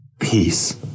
peace